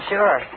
Sure